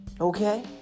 Okay